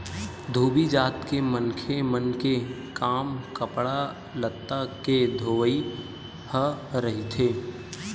धोबी जात के मनखे मन के काम कपड़ा लत्ता के धोवई ह रहिथे